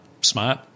smart